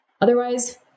Otherwise